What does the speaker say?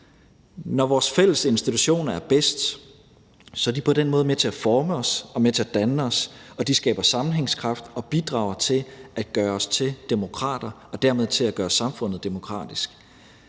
Når vores fælles institutioner er bedst, er de på den måde med til at forme os og med til at danne os, og de skaber sammenhængskraft og bidrager til at gøre os til demokrater og dermed til at gøre samfundet demokratisk.